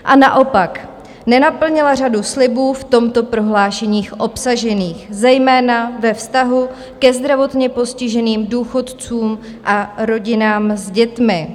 A naopak, nenaplnila řadu slibů v tomto prohlášení obsažených, zejména ve vztahu ke zdravotně postiženým důchodcům a rodinám s dětmi.